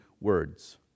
words